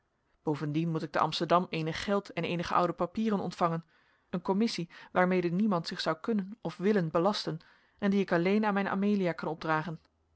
bovendien moet ik te amsterdam eenig geld en eenige oude papieren ontvangen een commissie waarmede niemand zich zou kunnen of willen belasten en die ik alleen aan mijn amelia kan opdragen